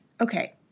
Okay